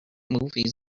movies